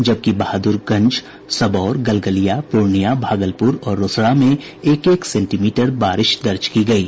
जबकि बहादुरगंज सबौर गलगलिया पूर्णियां भागलपुर और रोसड़ा में एक एक सेंटीमीटर बारिश दर्ज की गयी